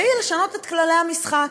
והיא לשנות את כללי המשחק: